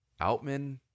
Outman